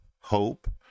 hope